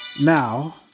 Now